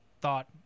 thought